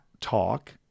talk